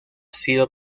sido